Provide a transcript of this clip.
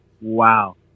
wow